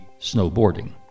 snowboarding